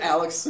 Alex